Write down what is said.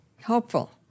Helpful